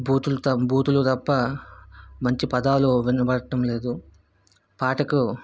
booth బూతులు తప్ప మంచి పదాలు వినబడటం లేదు పాటకు